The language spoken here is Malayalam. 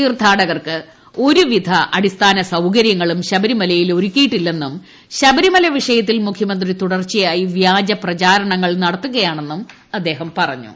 തീർഥ്യാടകർക്ക് ഒരു വിധ അടിസ്ഥാന സൌകര്യങ്ങളും ശബരിമയിൽ ഒരുക്കിയിട്ടില്ലന്നുംശബരിമല് പ്രസ്ത്വിഷയത്തിൽ മുഖമന്ത്രി തുടർച്ചയായി വ്യാജപ്രചാരണങ്ങൾ നടത്തുകയാണെന്നും അദ്ദേഹം പറഞ്ഞു